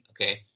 okay